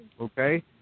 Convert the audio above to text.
okay